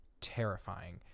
terrifying